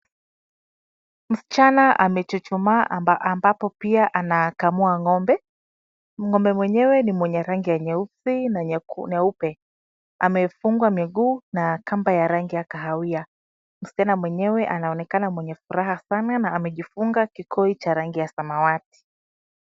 Msichana amechuchumaa ambapo pia anakamua ng'ombe. Ng'ombe mwenyewe ni mwenye rangi nyeupe. Amefungwa miguu na kamba ya rangi ya kahawia. Msichana mwenyewe anaonekana mwenye furaha sana na amejifunga kikoi cha rangi ya samawati.